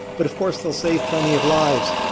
but of course, they'll save plenty of lives.